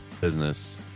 business